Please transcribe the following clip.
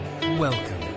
Welcome